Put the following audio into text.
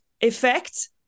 effect